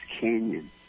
canyon